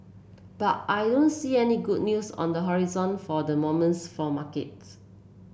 but I don't see any good news on the horizon for the moments for markets